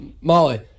Molly